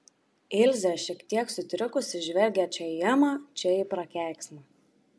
ilzė šiek tiek sutrikusi žvelgė čia į emą čia į prakeiksmą